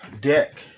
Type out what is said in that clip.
deck